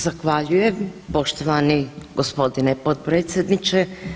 Zahvaljujem poštovani gospodine potpredsjedniče.